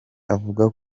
avuga